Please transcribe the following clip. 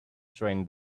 train